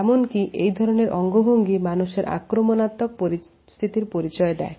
এমনকি এই ধরনের অঙ্গভঙ্গি মানুষের আক্রমণাত্মক চরিত্রের পরিচয় দেয়